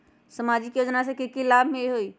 सामाजिक योजना से की की लाभ होई?